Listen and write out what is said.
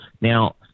Now